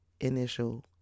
initial